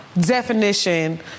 definition